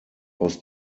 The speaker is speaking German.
aus